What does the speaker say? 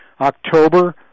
October